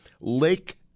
Lake